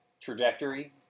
Trajectory